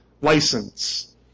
license